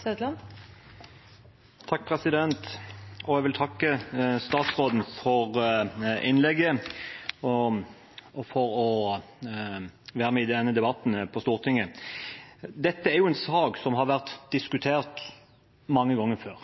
Jeg vil takke statsråden for innlegget og for å være med i denne debatten på Stortinget. Dette er en sak som har vært diskutert mange ganger før.